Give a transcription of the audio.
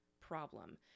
problem